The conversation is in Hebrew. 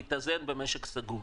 להתאזן במשק סגור.